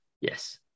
yes